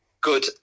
good